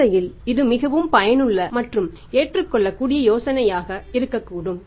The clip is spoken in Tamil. சந்தையில் இது மிகவும் மிகவும் பயனுள்ள மற்றும் ஏற்றுக்கொள்ளக்கூடிய யோசனையாக இருக்கக்கூடும்